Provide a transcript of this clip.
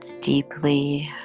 deeply